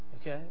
okay